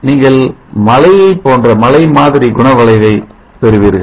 நீங்கள் மலை மாதிரி குண வளைவை பெறுவீர்கள்